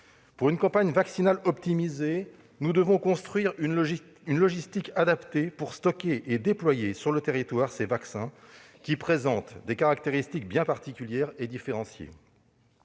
Pour une campagne vaccinale optimisée, nous devons construire une logistique adaptée, afin de stocker et de déployer sur le territoire ces vaccins, qui présentent des caractéristiques particulières et différenciées.